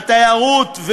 במשרד התיירות,